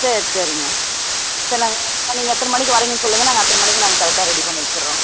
சரி சரிங்க இப்போ நாங்கள் இங்கே நீங்கள் எத்தனை மணிக்கு வரீங்கனு சொல்லுங்கள் நாங்கள் அத்தனை மணிக்கு நாங்கள் கரெக்டா ரெடி பண்ணி வச்சிடுறோம்